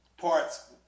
parts